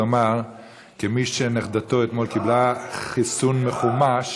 כמי שנכדתו קיבלה אתמול חיסון מחומש